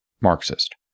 Marxist